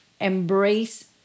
embrace